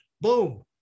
boom